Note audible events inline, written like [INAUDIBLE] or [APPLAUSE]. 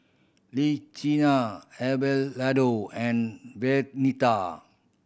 [UNINTELLIGIBLE] Abelardo and Vernita